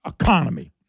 economy